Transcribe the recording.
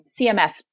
CMS